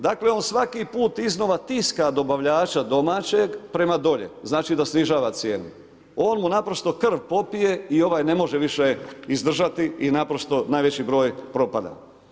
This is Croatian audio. Dakle on svaki put iznova tiska dobavljača domaćeg prema dolje, znači da snižava cijenu, on mu naprosto krv popije i ovaj ne može više izdržati i naprosto najveći broj propada.